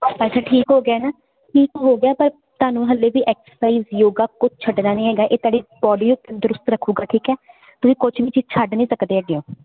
ਅੱਛਾ ਠੀਕ ਹੋ ਗਿਆ ਨਾ ਠੀਕ ਹੋ ਗਿਆ ਪਰ ਤੁਹਾਨੂੰ ਹਲੇ ਵੀ ਐਕਸਰਸਾਈਜ ਯੋਗਾ ਕੁਛ ਛੱਡਣਾ ਨਹੀਂ ਹੈਗਾ ਇਹ ਤੁਹਾਡੀ ਬੋਡੀ ਨੂੰ ਤੰਦਰੁਸਤ ਰੱਖੂਗਾ ਠੀਕ ਹੈ ਤੁਸੀਂ ਕੁਝ ਵੀ ਚੀਜ਼ ਛੱਡ ਨਹੀਂ ਸਕਦੇ ਅੱਗਿਓ